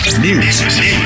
News